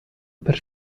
per